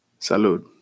salud